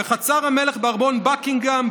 "בחצר המלך בארמון בקינגהאם,